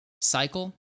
cycle